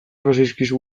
bazaizkizu